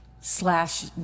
slash